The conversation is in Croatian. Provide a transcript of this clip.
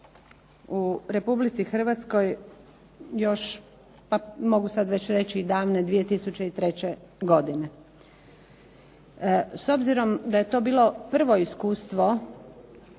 u Republici Hrvatskoj još davne 2003. godine. S obzirom da je to bilo prvo iskustvo